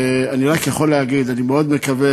ואני רק יכול להגיד: אני מאוד מקווה,